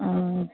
অঁ